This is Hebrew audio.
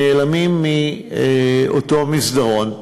נעלמים מאותו מסדרון.